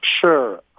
Sure